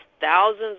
thousands